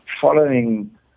following